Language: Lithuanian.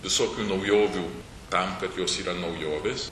visokių naujovių tam kad jos yra naujovės